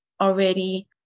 already